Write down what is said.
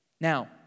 Now